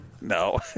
No